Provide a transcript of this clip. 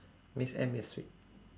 miss M is sweet